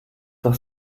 doch